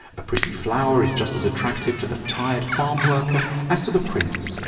a pretty flower is just as attractive to the tired farm worker as to the prince.